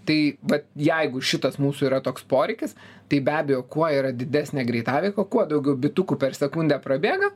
tai vat jeigu šitas mūsų yra toks poreikis tai be abejo kuo yra didesnė greitaveika kuo daugiau bitukų per sekundę prabėga